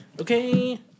Okay